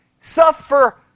suffer